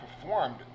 performed